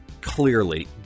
clearly